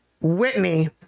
Whitney